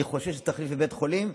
אני חושב שזה תחליף לבית חולים,